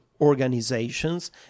organizations